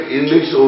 English